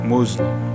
Muslim